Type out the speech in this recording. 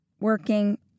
working